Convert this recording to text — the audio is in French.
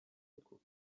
locaux